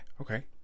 okay